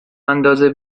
اندازه